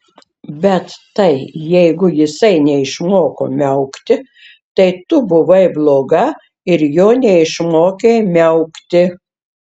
bet tai jeigu jisai neišmoko miaukti tai tu buvai bloga ir jo neišmokei miaukti